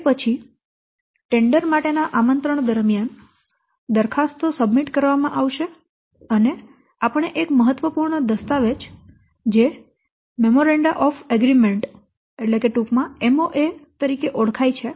તે પછી ટેન્ડર માટેના આમંત્રણ દરમિયાન દરખાસ્તો સબમિટ કરવામાં આવશે અને આપણે એક મહત્વપૂર્ણ દસ્તાવેજ જે મેમોરેન્ડા ઓફ એગ્રીમેન્ટ અથવા ટુંકમાં MoA તરીકે ઓળખાય છે